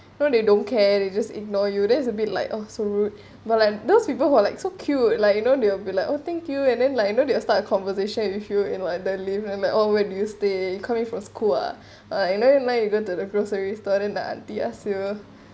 no they don't care they just ignore you there's a bit like oh so rude but like those people who are like so cute like you know they will be like oh thank you and then like you know they start a conversation with you in like they live and like oh where do you stay coming from school ah ah you know you go to the grocery store and auntie ask us to